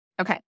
Okay